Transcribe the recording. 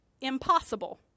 impossible